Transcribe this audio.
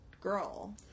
girl